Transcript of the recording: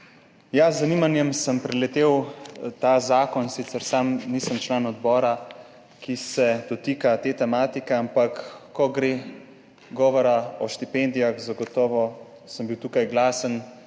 Z zanimanjem sem preletel ta zakon, sicer sam nisem član odbora, ki se dotika te tematike, ampak ko je govor o štipendijah, zagotovo sem bil tukaj glasen